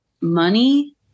money